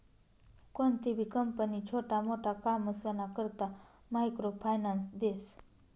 कोणतीबी कंपनी छोटा मोटा कामसना करता मायक्रो फायनान्स देस